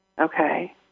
Okay